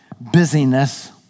busyness